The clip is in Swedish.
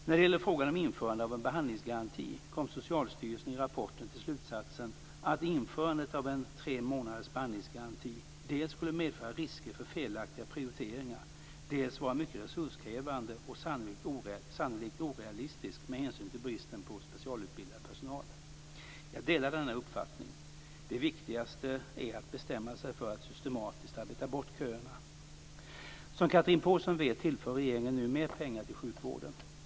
När det gäller frågan om införande av en behandlingsgaranti kom Socialstyrelsen i rapporten till slutsatsen att införandet av en tre månaders behandlingsgaranti dels skulle medföra risker för felaktiga prioriteringar, dels vara mycket resurskrävande och sannolikt orealistisk med hänsyn till bristen på specialutbildad personal. Jag delar denna uppfattning. Det viktigaste är att bestämma sig för att systematiskt arbeta bort köerna. Som Chatrine Pålsson vet tillför regeringen nu mer pengar till sjukvården.